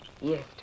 Yes